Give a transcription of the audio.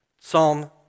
Psalm